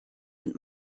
und